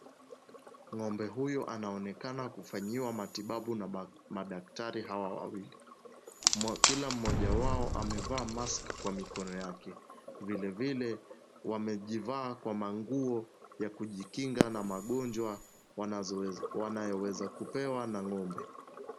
Ng'ombe huyu anaonekana kufanyiwa matibabu na madaktari hawa wawili. Kila mmoja wao amevaa mask kwa mikono yake. Vile vile wamejivaa kwa manguo ya kujikinga na magonjwa wanayoweza kupewa na ng'ombe.